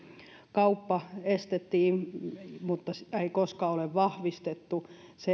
kauppa estettiin mutta jota ei koskaan ole vahvistettu